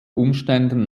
umständen